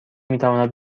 میتواند